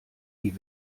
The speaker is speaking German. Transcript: die